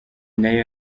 nayo